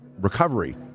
recovery